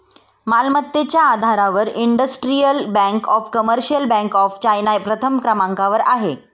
मालमत्तेच्या आधारावर industrial and commercial bank of China प्रथम क्रमांकावर आहे